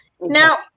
Now